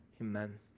Amen